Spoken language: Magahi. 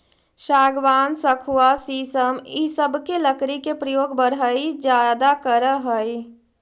सागवान, सखुआ शीशम इ सब के लकड़ी के प्रयोग बढ़ई ज्यादा करऽ हई